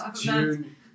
June